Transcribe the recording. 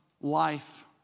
life